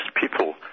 people